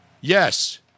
Yes